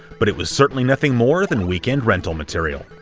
but it was certainly nothing more than weekend rental material.